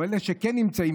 או אלה שכן נמצאים,